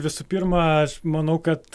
visų pirma aš manau kad